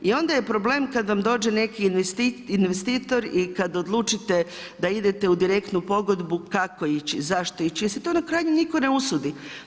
I onda je problem kada vam dođe neki investitor i kada odlučite da idete u direktnu pogodbu kako ići, zašto ići, jer se to na kraju nitko ne usudi.